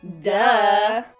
Duh